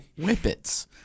Whippets